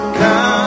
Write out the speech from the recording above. come